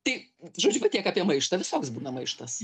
tai žodžiu va tiek apie maištą visoks būna maištas